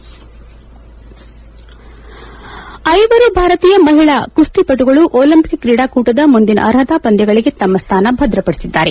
head ಐವರು ಭಾರತೀಯ ಮಹಿಳಾ ಕುಸ್ತಿಪಟುಗಳು ಒಲಿಂಪಿಕ್ ಕ್ರೀಡಾಕೂಟದ ಮುಂದಿನ ಅರ್ಹತಾ ಪಂದ್ಲಗಳಿಗೆ ತಮ್ಮ ಸ್ಥಾನ ಭದ್ರತಪಡಿಸಿದ್ದಾರೆ